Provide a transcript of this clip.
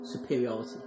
superiority